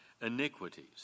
iniquities